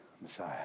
Messiah